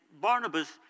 Barnabas